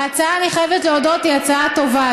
ההצעה, אני חייבת להודות, היא הצעה טובה.